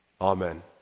amen